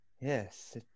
Yes